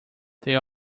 there